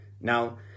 Now